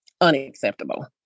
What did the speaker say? unacceptable